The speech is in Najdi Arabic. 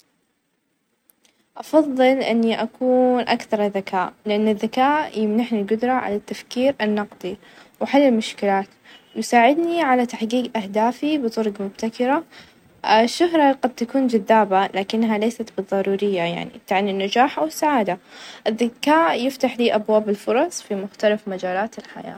أ أفظل إن أخيم في وسط الطبيعة الخلابة؛ لإنه يوفر تجربة فريدة، وقربًا من الطبيعة مما يخليني استرخي وأتواصل مع نفسي، استمتع بجمال المنظر ،والأصوات الطبيعية ،وهذا يعطيني شعور بالحرية، بينما الفندق الفخم مريح لكن التخميم يحمل مغامرة خاصة.